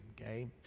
okay